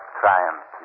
triumph